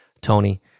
Tony